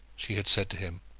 she had said to him